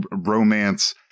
romance